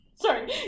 Sorry